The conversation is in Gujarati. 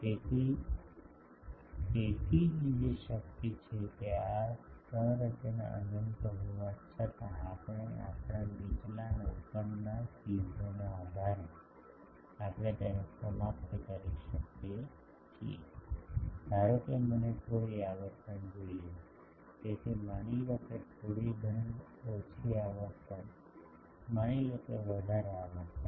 તેથી તેથી જ શક્ય છે કે આ સંરચના અનંત હોવા છતાં આપણે આપણા નીચલા અને ઉપરના ચીજોના આધારે આપણે તેને સમાપ્ત કરી શકીએ છીએ ધારો કે મને થોડી આવર્તન જોઈએ છે તેથી માની લો કે થોડી ઘણી ઓછી આવર્તન માની લો કે વધારે આવર્તન